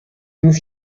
نیست